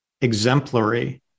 exemplary